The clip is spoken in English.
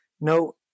no